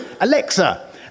Alexa